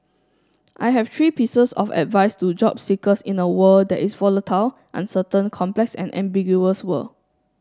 I have three pieces of advice to job seekers in a world that is volatile uncertain complex and ambiguous world